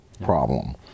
problem